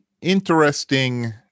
interesting